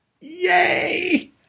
yay